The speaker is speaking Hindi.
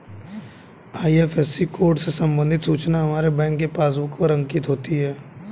आई.एफ.एस.सी कोड से संबंधित सूचना हमारे बैंक के पासबुक पर अंकित होती है